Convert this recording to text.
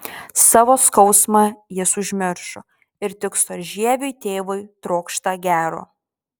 savo skausmą jis užmiršo ir tik storžieviui tėvui trokšta gero